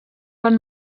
van